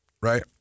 right